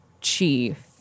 chief